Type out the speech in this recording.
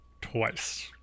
twice